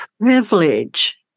privilege